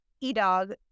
e-dog